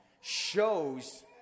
shows